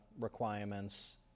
requirements